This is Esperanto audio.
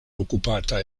okupata